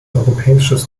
europäisches